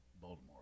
Baltimore